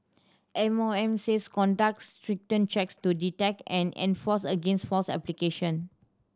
M O M said conducts stringent checks to detect and enforce against false application